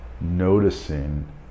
noticing